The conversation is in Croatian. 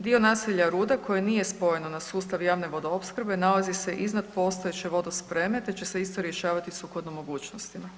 Dio naselja Rude koje nije spojeno na sustav javne vodoopskrbe nalazi se iznad postojeće vodospreme te će se isto rješavati sukladno mogućnostima.